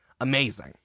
amazing